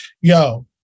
yo